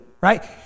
right